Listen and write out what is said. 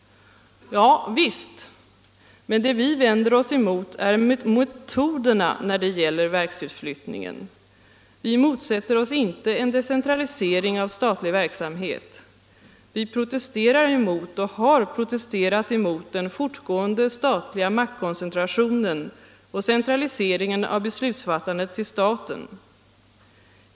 Javisst, men det vi vänder oss emot är metoderna när det gäller verksutflyttningen. Vi motsätter oss inte en decentralisering av statlig verksamhet. Vi protesterar —- och har protesterat — emot den fortgående statliga maktkoncentrationen och centraliseringen av beslutsfattandet till staten.